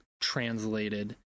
translated